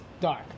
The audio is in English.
dark